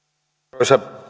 arvoisa